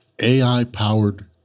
AI-powered